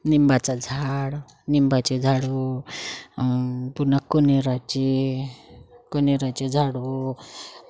लिंबाचं झाड लिंबाचे झाडं पुन्हा काणेराची काणेराचे झाड